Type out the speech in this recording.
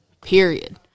period